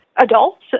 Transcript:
adults